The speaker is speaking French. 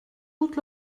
doute